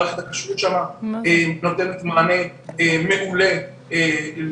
מערכת הכשרות שם נותנת מענה מעולה לחנויות,